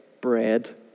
bread